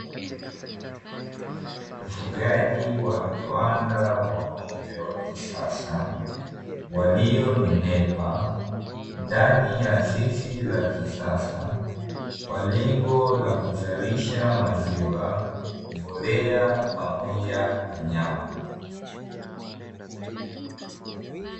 Ufugaji wa viwanda wa ng'ombe wakisasa walionenepa ndani ya zizi la kisasa kwa lengo la kuzalisha maziwa, mbolea pamoja na nyama.